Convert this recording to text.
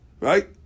right